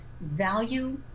value